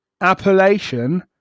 appellation